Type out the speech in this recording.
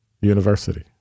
University